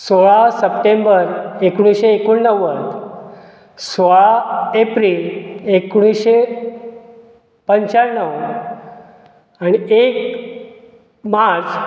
सोळा सप्टेंबर एकुणीशें एकुण णव्वद सोळा एप्रील एकुणीशें पंच्याण्णव आनी एक मार्च